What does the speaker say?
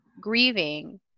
grieving